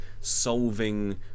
solving